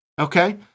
Okay